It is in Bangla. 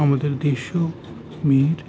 আমাদের দেশীয় মেয়ের